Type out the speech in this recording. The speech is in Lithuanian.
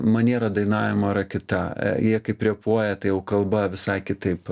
maniera dainavimo yra kita jie kaip repuoja tai jau kalba visai kitaip